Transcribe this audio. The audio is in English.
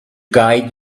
guide